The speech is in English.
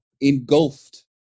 engulfed